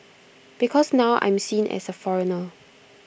because now I'm seen as A foreigner